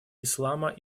ислама